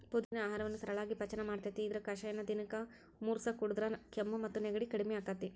ಪುದಿನಾ ಆಹಾರವನ್ನ ಸರಳಾಗಿ ಪಚನ ಮಾಡ್ತೆತಿ, ಇದರ ಕಷಾಯನ ದಿನಕ್ಕ ಮೂರಸ ಕುಡದ್ರ ಕೆಮ್ಮು ಮತ್ತು ನೆಗಡಿ ಕಡಿಮಿ ಆಕ್ಕೆತಿ